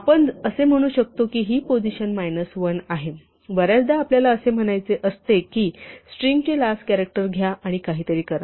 आपण असे म्हणू शकतो की ही पोझिशन मायनस 1 आहे बर्याचदा आपल्याला असे म्हणायचे असते की स्ट्रिंगचे लास्ट कॅरॅक्टर घ्या आणि काहीतरी करा